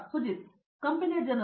ಸುಜಿತ್ ಕಂಪನಿಯ ಜನರು